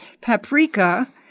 paprika